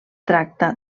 tracta